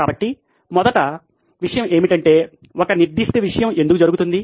కాబట్టి మొదటి విషయం ఏమిటంటే ఒక నిర్దిష్ట విషయం ఎందుకు జరుగుతుంది